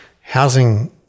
housing